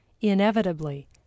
inevitably